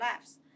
lives